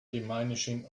diminishing